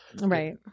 Right